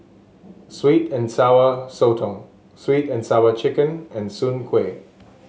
sweet and Sour Sotong sweet and Sour Chicken and Soon Kuih